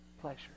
pleasure